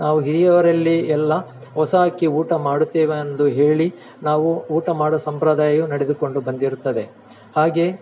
ನಾವು ಹಿರಿಯವರಲ್ಲಿ ಎಲ್ಲ ಹೊಸ ಅಕ್ಕಿ ಊಟ ಮಾಡುತ್ತೇವೆ ಎಂದು ಹೇಳಿ ನಾವು ಊಟ ಮಾಡುವ ಸಂಪ್ರದಾಯವು ನಡೆದುಕೊಂಡು ಬಂದಿರುತ್ತದೆ ಹಾಗೇ